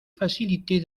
facilités